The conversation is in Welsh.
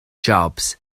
jobs